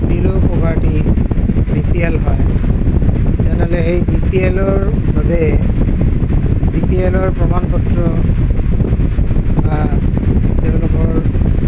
বিলো poverty B P L হয় তেনেহ'লে সেই বি পি এলৰ বাবে বি পি এলৰ প্ৰমাণ পত্ৰ বা তেওঁলোকৰ